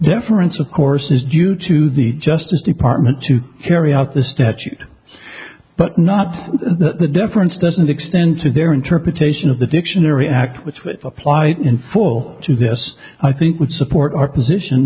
difference of course is due to the justice department to carry out the statute but not that the difference doesn't extend to their interpretation of the dictionary act which with apply in full to this i think would support our position